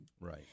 Right